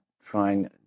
trying